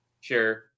Sure